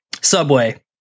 Subway